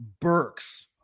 Burks